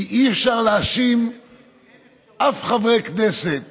כי אי-אפשר להאשים אף חבר כנסת